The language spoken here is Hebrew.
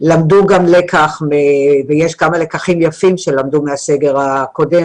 למדו לקח - ויש כמה לקחים יפים שלמדו מהסגר הקודם